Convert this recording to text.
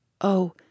oh